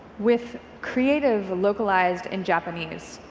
with creative localized in japanese,